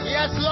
Yes